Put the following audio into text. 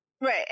Right